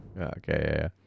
Okay